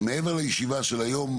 מעבר לישיבה היום,